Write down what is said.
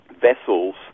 vessels